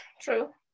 True